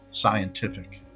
scientific